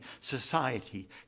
society